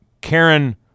Karen